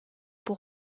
pour